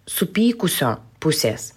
supykusio pusės